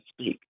speak